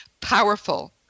powerful